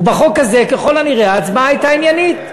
בחוק הזה ככל הנראה ההצבעה הייתה עניינית.